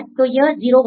तो यह 0 होगा